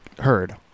heard